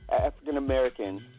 African-American